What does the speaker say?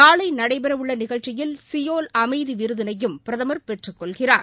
நாளை நடைபெறவுள்ள நிகழ்ச்சியில் சியோல் அமைதி விருதினையும் பிரதமர் பெற்றுக் கொள்கிறார்